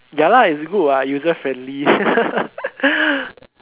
ya lah it's good what user friendly